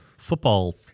Football